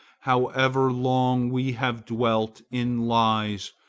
however long we have dwelt in lies,